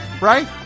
Right